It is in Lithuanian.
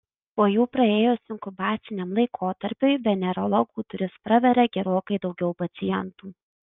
po jų praėjus inkubaciniam laikotarpiui venerologų duris praveria gerokai daugiau pacientų